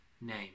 name